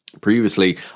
previously